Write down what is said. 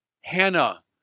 Hannah